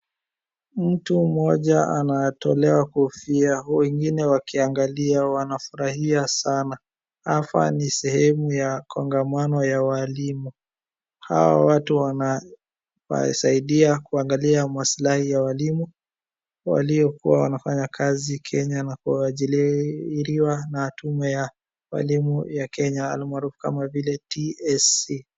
Mtu mmoja anatolewa kofia , wengine wakiangalia wanafurahia sana. Hapa ni sehemu ya kongamano ya walimu. Hao watu wanasaidia kuangalia maslahi ya walimu waliokuwa wanafanya kazi Kenya na kuajiriwa na tume ya walimu ya Kenya almaarufu kama vile TSC